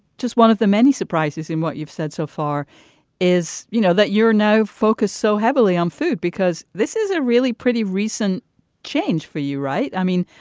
just one of the many surprises in what you've said so far is, you know, that you're now focused so heavily on food because this is a really pretty recent change for you. right? i mean,